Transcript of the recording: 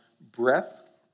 breath